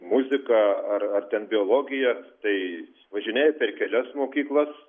muzika ar ar ten biologija tai važinėja per kelias mokyklas